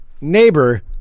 neighbor